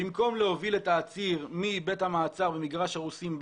במקום להוביל את העציר מבית המעצר במגרש הרוסים,